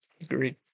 Agreed